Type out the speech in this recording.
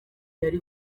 yari